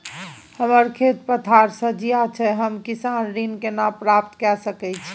हमर खेत पथार सझिया छै हम किसान ऋण केना प्राप्त के सकै छी?